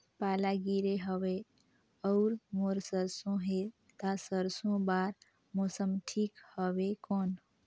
पाला गिरे हवय अउर मोर सरसो हे ता सरसो बार मौसम ठीक हवे कौन?